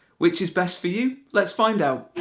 which is best for you? let's find out.